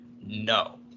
No